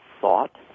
thought